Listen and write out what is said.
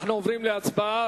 אנחנו עוברים להצבעה.